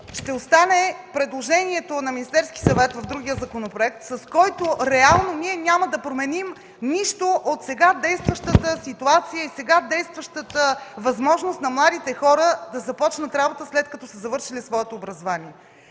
ще остане предложението на Министерския съвет в другия законопроект, с който ние реално няма да променим нищо от сега действащата ситуация и сега действащата възможност на младите хора да започнат работа, след като са завършили своето образование.